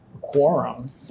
quorum